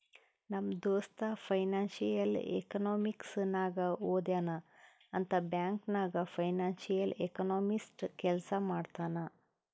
ನಮ್ ದೋಸ್ತ financial economics ನಾಗೆ ಓದ್ಯಾನ್ ಅಂತ್ ಬ್ಯಾಂಕ್ ನಾಗ್ ಫೈನಾನ್ಸಿಯಲ್ ಎಕನಾಮಿಸ್ಟ್ ಕೆಲ್ಸಾ ಮಾಡ್ತಾನ್